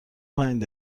پنج